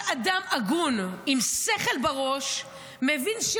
תסתכלו בפרסום של עמרי מניב הערב בערוץ 12. פחד,